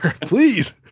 please